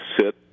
sit